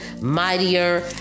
mightier